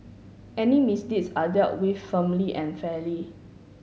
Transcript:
any misdeeds are dealt with firmly and fairly